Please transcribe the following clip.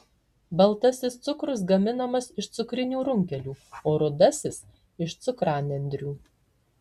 baltasis cukrus gaminamas iš cukrinių runkelių o rudasis iš cukranendrių